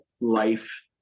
life